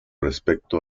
respecto